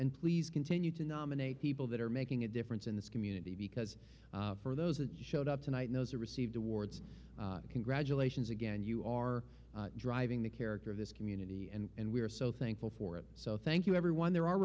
and please continue to nominate people that are making a difference in this community because for those a just showed up tonight those are received awards congratulations again you are driving the character of this community and we are so thankful for it so thank you everyone there are